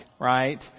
right